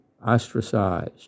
ostracized